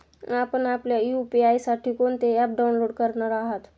आपण आपल्या यू.पी.आय साठी कोणते ॲप डाउनलोड करणार आहात?